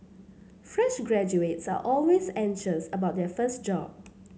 fresh graduates are always anxious about their first job